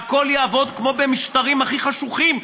והכול יעבוד כמו במשטרים הכי חשוכים,